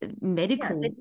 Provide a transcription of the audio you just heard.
medical